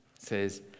Says